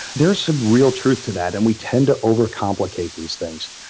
there're some real truth to that, and we tend to overcomplicate these things.